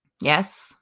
yes